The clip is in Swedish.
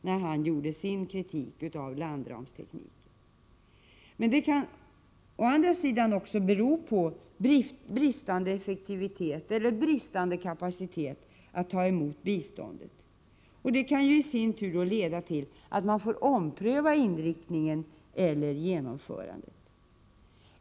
Problemen kan å andra sidan också bero på bristande effektivitet eller på bristande kapacitet när det gäller att ta emot biståndet. Detta kan i sin tur leda till att man får ompröva inriktningen eller genomförandet.